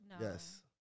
Yes